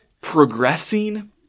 progressing